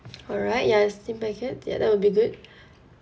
alright ya the steamed packet ya that will be good